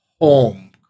home